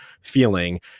feeling